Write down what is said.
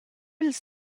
ils